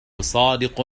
صادق